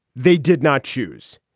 they did not choose.